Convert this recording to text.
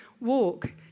walk